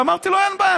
אמרתי לו: אין בעיה,